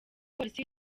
polisi